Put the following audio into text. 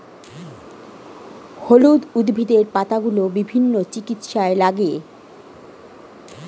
হলুদ উদ্ভিদের পাতাগুলো বিভিন্ন চিকিৎসায় লাগে